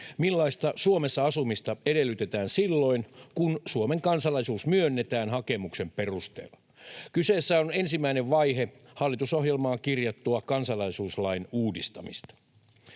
millaista Suomessa asumista edellytetään silloin, kun Suomen kansalaisuus myönnetään hakemuksen perusteella. Kyseessä on ensimmäinen vaihe hallitusohjelmaan kirjattua kansalaisuuslain uudistamista.